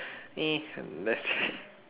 !ee! let's